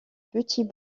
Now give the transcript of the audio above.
petits